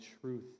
truth